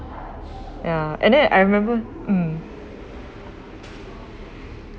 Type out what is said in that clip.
ya and then I remember mm